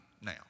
now